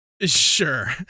Sure